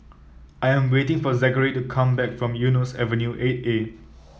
I'm waiting for Zachary to come back from Eunos Avenue Eight A